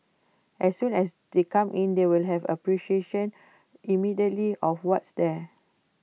as soon as they come in they will have appreciation immediately of what's there